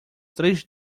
três